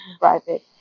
private